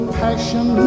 passion